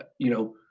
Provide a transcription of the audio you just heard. ah you know,